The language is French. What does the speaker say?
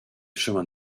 chemin